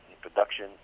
production